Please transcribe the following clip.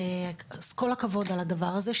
אז כל הכבוד על הדבר הזה,